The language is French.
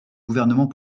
gouvernement